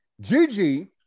Gigi